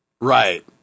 Right